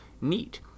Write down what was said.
neat